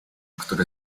który